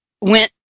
went